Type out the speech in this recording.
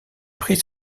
prix